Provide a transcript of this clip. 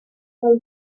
will